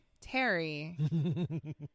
Terry